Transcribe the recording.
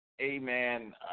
Amen